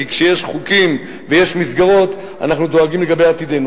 כי כשיש חוקים ויש מסגרות אנחנו דואגים לעתידנו.